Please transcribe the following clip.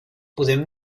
podem